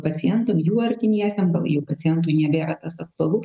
pacientam jų artimiesiem gal jau pacientui nebėra tas aktualu